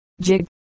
jig